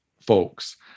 folks